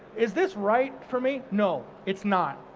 is this right for me? no, it's not.